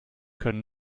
können